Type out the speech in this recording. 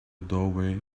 doorway